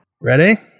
ready